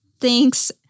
Thanks